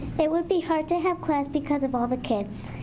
it would be hard to have class because of all the kids.